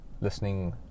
listening